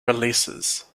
releases